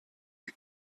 you